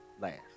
last